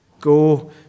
Go